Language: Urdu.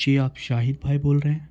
جی آپ شاہد بھائی بول رہے ہیں